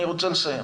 אני רוצה לסיים.